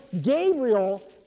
Gabriel